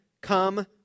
come